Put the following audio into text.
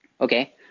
Okay